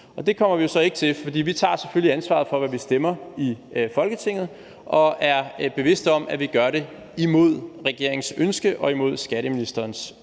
det kommer vi jo så ikke til, for vi tager selvfølgelig ansvaret for, hvad vi stemmer i Folketinget, og er bevidste om, at vi gør det imod regeringens ønske og imod skatteministerens ønske.